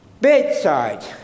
bedside